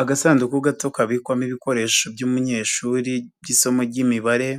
Agasanduku gato kabikwamo ibikoresho by'umunyeshuri by'isomo ry'imibare,